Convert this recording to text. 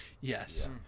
yes